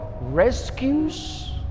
rescues